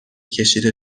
کشیده